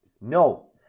No